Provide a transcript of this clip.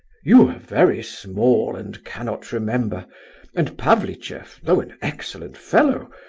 you were very small and cannot remember and pavlicheff, though an excellent fellow,